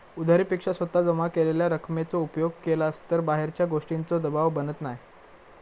उधारी पेक्षा स्वतः जमा केलेल्या रकमेचो उपयोग केलास तर बाहेरच्या गोष्टींचों दबाव बनत नाय